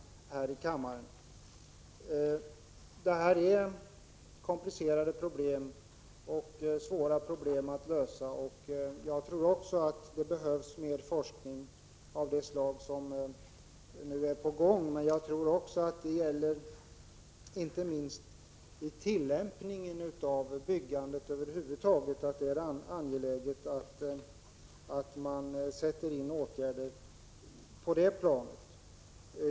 Jag hoppas att de problemen är lösta i och med de beslut som vi nu har tagit. Dessa problem är komplicerade och svåra att lösa. Också jag tror att det behövs mer forskning av det slag som nu pågår. Men inte minst viktig är tillämpningen av regelsystemet när det gäller byggandet över huvud taget, och det är angeläget att man sätter in åtgärder även på det planet.